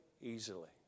easily